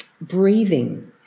Breathing